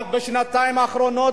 רק בשנתיים האחרונות,